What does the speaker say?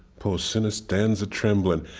poor sinner stands a-tremblin'.